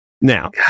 Now